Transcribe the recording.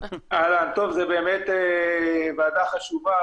זו באמת ועדה חשובה,